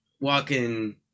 walking